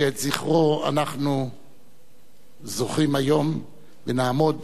שאת זכרו אנחנו זוכרים היום, ונעמוד